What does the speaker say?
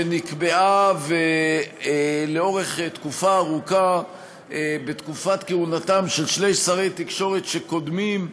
שנקבעה במשך תקופה ארוכה של כהונת שני שרי תקשורת קודמים,